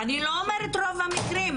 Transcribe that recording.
אני לא אומרת רוב המקרים,